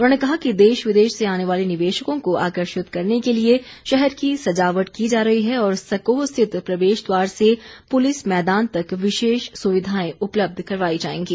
उन्होंने कहा कि देश विदेश से आने वाले निवेशकों को आकर्षित करने के लिए शहर की सजावट की जा रही है और सकोह स्थित प्रवेश द्वार से पुलिस मैदान तक विशेष सुविधाएं उपलब्ध करवाई जाएंगी